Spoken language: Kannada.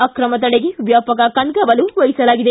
ಆಕ್ರಮ ತಡೆಗೆ ವ್ಯಾಪಕ ಕಣ್ಗಾವಲು ವಹಿಸಲಾಗಿದೆ